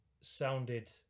sounded